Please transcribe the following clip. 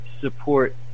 support